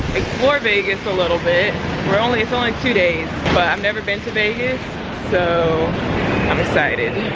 explore vegas a little bit. we're only going two days but i've never been to vegas so i'm excited.